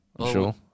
Sure